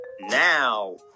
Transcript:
now